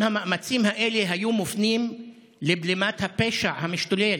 אם המאמצים האלה היו מופנים לבלימת הפשע המשתולל,